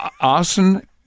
Arson